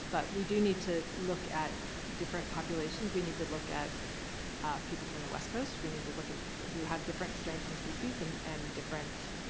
but we do need to look at different populations. we need to look at people from the west coast. we need to look at who have different strains in species um and different,